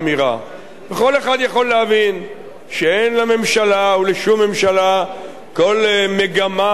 וכל אחד יכול להבין שאין לממשלה ולשום ממשלה כל מגמה או רצון,